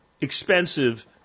expensive